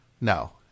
No